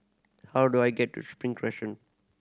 how do I get to Spring